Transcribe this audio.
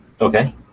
Okay